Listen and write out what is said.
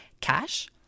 Cash